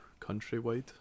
countrywide